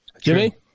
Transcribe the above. Jimmy